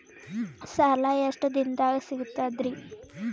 ಸಾಲಾ ಎಷ್ಟ ದಿಂನದಾಗ ಸಿಗ್ತದ್ರಿ?